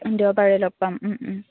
দেওবাৰে লগ পাম